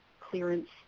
clearance